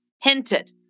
hinted